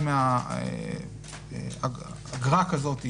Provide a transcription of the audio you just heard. אגרה כזאת,